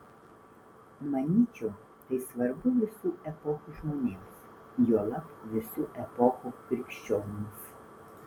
manyčiau tai svarbu visų epochų žmonėms juolab visų epochų krikščionims